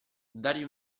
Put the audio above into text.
dargli